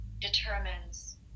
determines